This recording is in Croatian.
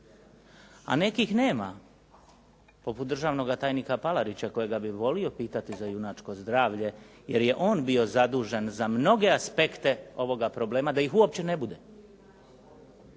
a nekih nema poput državnoga tajnika Palarića kojega bi volio pitati za junačko zdravlje jer je on bio zadužen za mnoge aspekte ovoga problema da ih uopće ne bude